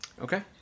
Okay